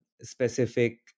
specific